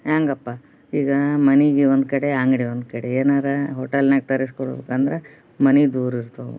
ಹ್ಯಾಗಪ್ಪ ಈಗ ಮನೆಗೆ ಒಂದು ಕಡೆ ಅಂಗಡಿ ಒಂದು ಕಡೆ ಏನಾರೂ ಹೋಟೆಲ್ನ್ಯಾಗ ತರಸಿ ಕೊಡ್ಬೇಕು ಅಂದ್ರೆ ಮನೆ ದೂರ ಇರ್ತಾವೆ